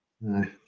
No